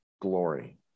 glory